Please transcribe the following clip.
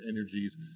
energies